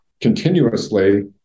continuously